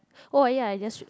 oh [wah] ya I just